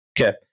Okay